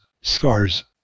scars